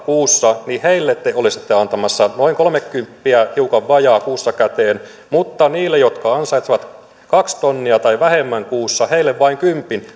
kuussa te olisitte antamassa noin kolmekymppiä hiukan vajaa kuussa käteen mutta niille jotka ansaitsevat kaksi tonnia tai vähemmän kuussa vain kympin